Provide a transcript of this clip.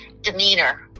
demeanor